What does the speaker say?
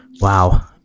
wow